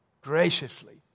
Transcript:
graciously